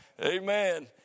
Amen